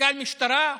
מפכ"ל משטרה,